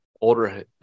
older